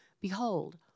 behold